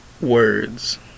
words